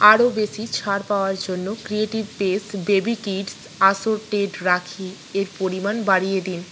আরও বেশি ছাড় পাওয়ার জন্য creative space baby kids assorted rakhi এর পরিমাণ বাড়িয়ে দিন